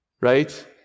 Right